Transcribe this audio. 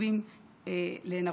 שחשובים לאין-ערוך.